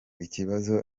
ikibazo